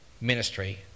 ministry